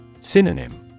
Synonym